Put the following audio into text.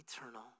Eternal